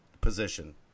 position